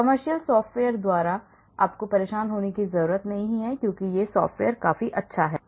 commercial software द्वारा मूर्ख मत बनो सॉफ्टवेयर काफी अच्छा है